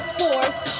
force